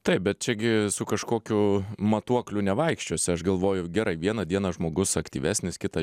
taip bet čia gi su kažkokiu matuokliu nevaikščiosi aš galvoju gerai vieną dieną žmogus aktyvesnis kitą